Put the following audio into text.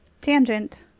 Tangent